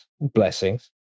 blessings